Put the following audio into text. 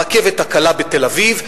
הרכבת הקלה בתל-אביב,